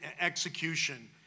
execution